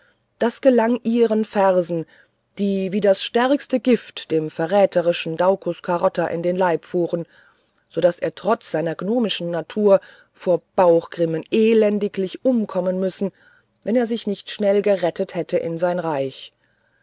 das gelang ihren versen die wie das stärkste gift dem verräterischen daucus carota in den leib fuhren so daß er trotz seiner gnomischen natur vor bauchgrimmen elendiglich umkommen müssen wenn er sich nicht schnell gerettet hätte in sein reich